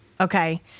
Okay